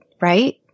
right